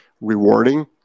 rewarding